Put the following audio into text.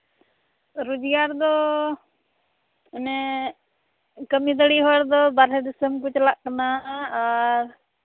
ᱨᱳᱡᱽᱜᱟᱨ ᱫᱚ ᱚᱱᱮ ᱠᱟᱹᱢᱤ ᱫᱟᱲᱮ ᱦᱚᱲ ᱫᱚ ᱵᱟᱨᱦᱮ ᱫᱤᱥᱚᱢ ᱠᱚ ᱪᱟᱞᱟᱜ ᱠᱟᱱᱟ ᱟᱨ